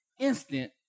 Instant